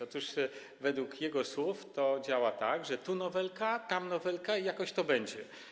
Otóż według jego słów to działa tak, że tu nowelka, tam nowelka i jakoś to będzie.